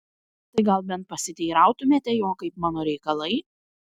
tai gal bent pasiteirautumėte jo kaip mano reikalai